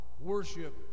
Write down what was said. worship